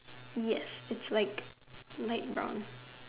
yes its like like light brown